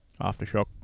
Aftershock